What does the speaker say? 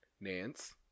Nance